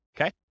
okay